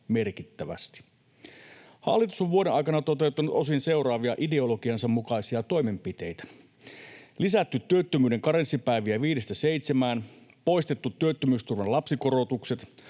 merkittävästi. Hallitus on vuoden aikana toteuttanut osin seuraavia ideologiansa mukaisia toimenpiteitä: Lisätty työttömyyden karenssipäiviä viidestä seitsemään, poistettu työttömyysturvan lapsikorotukset,